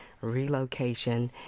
relocation